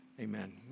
Amen